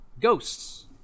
Ghosts